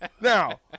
Now